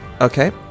Okay